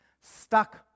Stuck